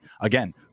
Again